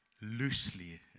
loosely